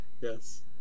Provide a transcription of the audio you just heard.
Yes